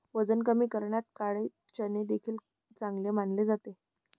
वजन कमी करण्यात काळे चणे देखील चांगले मानले जाते